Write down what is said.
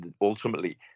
ultimately